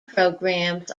programs